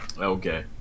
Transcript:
Okay